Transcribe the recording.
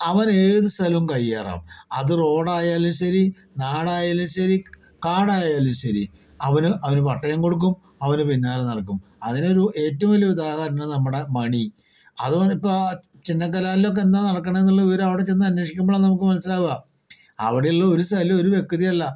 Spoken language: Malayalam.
അവനേത് സ്ഥലവും കയ്യേറാം അത് റോഡ് ആയാലും ശരി നാട് ആയാലും ശരി കാട് ആയാലും ശരി അവര് അവനൊരു പട്ടയം കൊടുക്കും അവൻ്റെ പിന്നാലെ നടക്കും അതിനൊരു ഏറ്റവും വലിയ ഉദാഹരണം എന്ന് പറഞ്ഞാൽ മണി അതിപ്പോൾ ചിന്നക്കനാലിലൊക്കെ എന്ന നടക്കുന്നെന്ന് ഉള്ള വിവരം അവിടെ ചെന്ന് അന്വേഷിക്കുമ്പോഴാ നമുക്ക് മനസിലാകുക അവിടെയുള്ള ഒരു സ്ഥലവും ഒരു വ്യക്തയുമില്ല